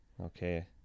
Okay